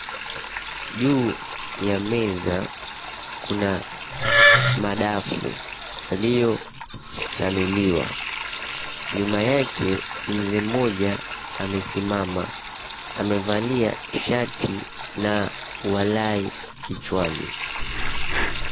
Juu ya meza kuna madafu yaliyo chanuliwa, nyuma yake mzee mmoja amesimama, amevalia shati na walahi kichwani.